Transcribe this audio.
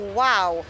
wow